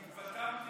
שהתפטרתי.